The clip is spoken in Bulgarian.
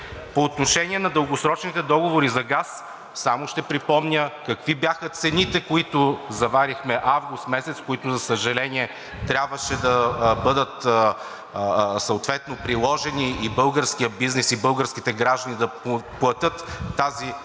По отношение на дългосрочните договори за газ само ще припомня какви бяха цените, които заварихме август месец, които, за съжаление, трябваше да бъдат съответно приложени, и българският бизнес, и българските граждани да платят тази непосилна